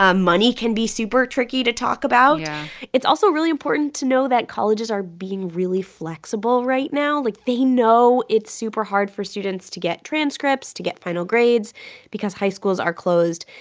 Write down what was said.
ah money can be super-tricky to talk about yeah it's also really important to know that colleges are being really flexible right now. like, they know it's super-hard for students to get transcripts, to get final grades because high schools are closed.